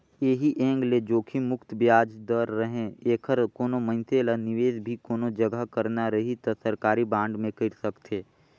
ऐही एंग ले जोखिम मुक्त बियाज दर रहें ऐखर कोनो मइनसे ल निवेस भी कोनो जघा करना रही त सरकारी बांड मे कइर सकथे